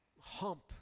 hump